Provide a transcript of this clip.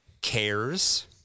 cares